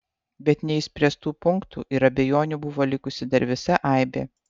bet neišspręstų punktų ir abejonių buvo likusi dar visa aibė